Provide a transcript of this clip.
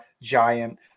giant